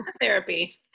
therapy